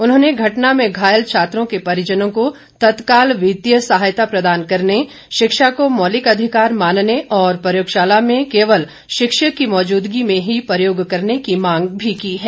उन्होंने घटना में घायल छात्रों के परिजनों को तत्काल वित्तीय सहायता प्रदान करने शिक्षा को मौलिक अधिकार मानने और प्रयोगशाला में केवल शिक्षक की मौजूदगी में ही प्रयोग करने की मांग भी की है